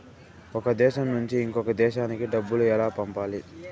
ఒక దేశం నుంచి ఇంకొక దేశానికి డబ్బులు ఎలా పంపాలి?